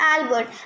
Albert